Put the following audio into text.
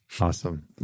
Awesome